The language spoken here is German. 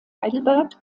heidelberg